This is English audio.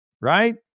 right